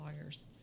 lawyers